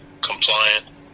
compliant